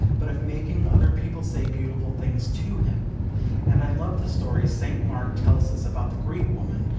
but of making other people say beautiful things to him and i love the story st. mark tells us about the greek woman,